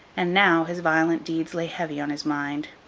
and now, his violent deeds lay heavy on his mind.